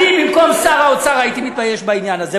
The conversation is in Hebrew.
אני במקום שר האוצר הייתי מתבייש בעניין הזה.